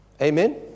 Amen